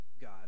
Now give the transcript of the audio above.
God